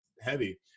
heavy